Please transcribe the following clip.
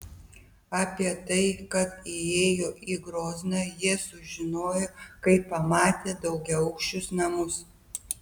apie tai kad įėjo į grozną jie sužinojo kai pamatė daugiaaukščius namus